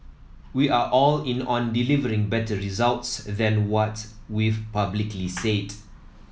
we are all in on delivering better results than what we've publicly said